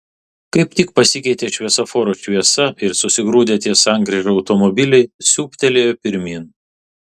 kaip tik pasikeitė šviesoforo šviesa ir susigrūdę ties sankryža automobiliai siūbtelėjo pirmyn